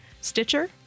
Stitcher